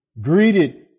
greeted